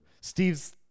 Steve's